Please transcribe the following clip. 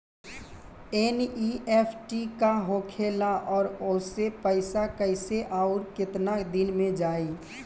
NEFT का होखेला और ओसे पैसा कैसे आउर केतना दिन मे जायी?